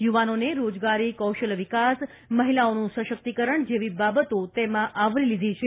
યુવાનોને રોજગારી કૌશલ્ય વિકાસ મહિલાઓનું સશક્તિકરણ જેવી બાબતો તેમાં આવરી લીધી છે